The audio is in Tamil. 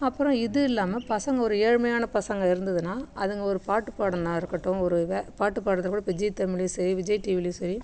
அப்புறம் இது இல்லாமல் பசங்க ஒரு ஏழ்மையான பசங்கள் இருந்ததுன்னால் அதுங்க ஒரு பாட்டு பாடினா இருக்கட்டும் ஒரு வே பாட்டு பாடுறதுலக்கூட இப்போ ஜீ தமிழிலும் சரி விஜய் டிவிலையும் சரி